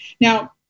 Now